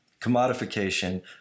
commodification